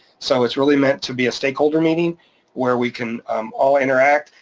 so it's really meant to be a stakeholder meeting where we can all interact.